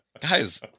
Guys